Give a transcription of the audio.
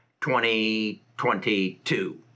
2022